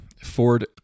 Ford